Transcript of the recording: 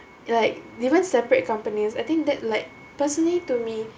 like even separate companies I think that like personally to me